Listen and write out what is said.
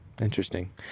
interesting